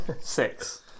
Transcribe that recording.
Six